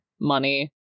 money